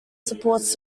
supports